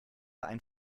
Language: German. ein